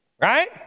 Right